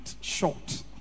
short